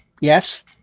Yes